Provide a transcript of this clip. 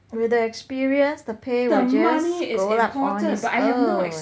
with the experience the pay will just roll up on its own